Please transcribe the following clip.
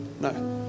No